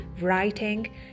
writing